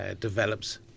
develops